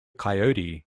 coyote